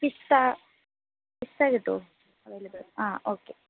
പിസ്താ പിസ്ത കിട്ടുമോ ആ ഓക്കെ